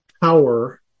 power